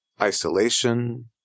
isolation